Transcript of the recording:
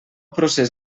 procés